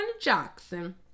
jackson